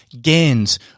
gains